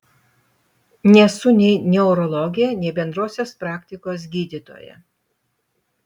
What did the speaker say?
nesu nei neurologė nei bendrosios praktikos gydytoja